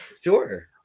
sure